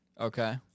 Okay